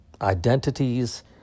identities